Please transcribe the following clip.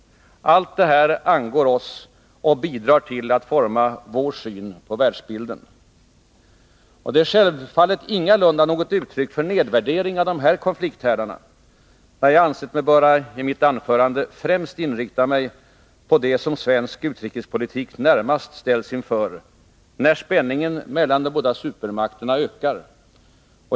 — Allt detta angår oss och bidrar till att forma vår syn på världsbilden. Det är självfallet ingalunda något uttryck för en nedvärdering av dessa konflikthärdar när jag ansett mig böra i detta anförande främst inrikta mig på det som svensk utrikespolitik närmast ställs inför när spänningen mellan de båda supermakterna ökar.